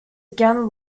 again